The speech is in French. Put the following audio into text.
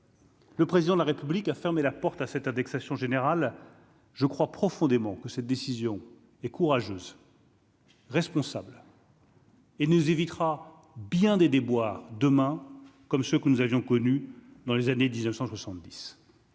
Le président de la République a fermé la porte à cette indexation générale je crois profondément que cette décision est courageuse. Responsable. Et nous évitera bien des déboires demain comme ce que nous avions connu dans les années 1970